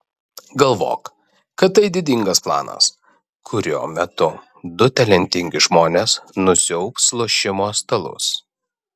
galvok kad tai didingas planas kurio metu du talentingi žmonės nusiaubs lošimo stalus